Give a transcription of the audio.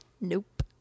Nope